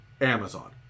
Amazon